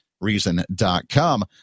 reason.com